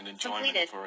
Completed